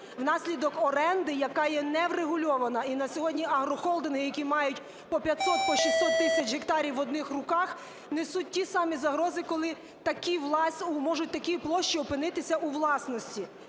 внаслідок оренди, яка є неврегульована і на сьогодні агрохолдинги, які мають по 500, по 600 тисяч гектарів в одних руках, несуть ті самі загрози, коли такі... можуть такі площі опинитися у власності.